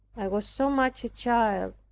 i was so much a child,